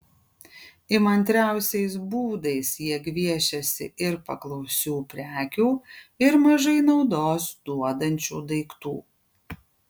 įmantriausiais būdais jie gviešiasi ir paklausių prekių ir mažai naudos duodančių daiktų